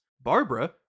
barbara